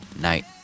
night